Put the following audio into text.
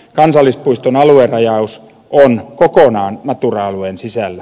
kansallispuiston aluerajaus on kokonaan natura alueen sisällä